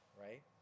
right